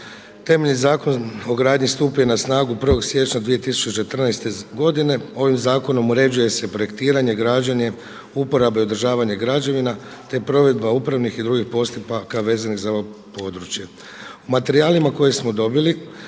Temeljni zakon o gradnji stupio je na snagu 1. siječnja 2014. godine. Ovim zakonom uređuje se projektiranje, građenje, uporabe održavanje građevina, te provedba upravnih i drugih postupaka vezanih za ovo područje. U materijalima koje smo dobili